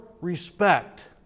respect